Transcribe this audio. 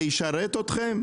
זה ישרת אתכם?